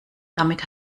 damit